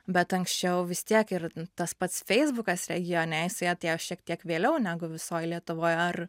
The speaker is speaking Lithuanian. bet anksčiau vis tiek ir tas pats feisbukas regione jisai atėjo šiek tiek vėliau negu visoj lietuvoj ar